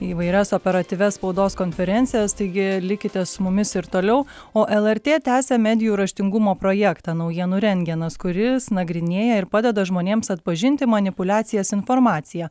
įvairias operatyvias spaudos konferencijas taigi likite su mumis ir toliau o lrt tęsia medijų raštingumo projektą naujienų rengenas kuris nagrinėja ir padeda žmonėms atpažinti manipuliacijas informacija